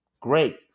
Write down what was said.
great